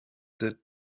that